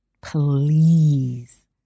please